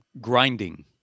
Grinding